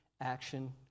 action